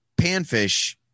panfish